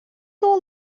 all